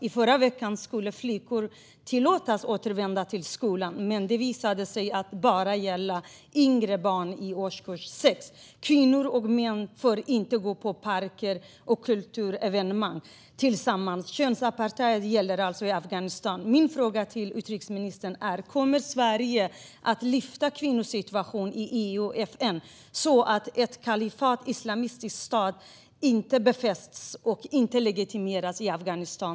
I förra veckan skulle flickor tillåtas att återvända till skolan, men det visade sig bara gälla yngre barn, upp till i årskurs 6. Kvinnor och män får inte gå i parker och på kulturevenemang tillsammans. Könsapartheid gäller alltså i Afghanistan. Min fråga till utrikesministern är: Kommer Sverige att lyfta kvinnornas situation i EU och FN så att ett kalifat, en islamistisk stat, inte befästs och legitimeras i Afghanistan?